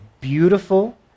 beautiful